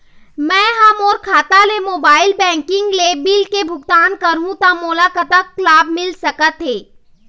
मैं हा मोर खाता ले मोबाइल बैंकिंग ले बिल के भुगतान करहूं ता मोला कतक लाभ मिल सका थे?